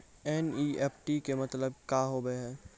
NEFT के मतलब का होव हेय?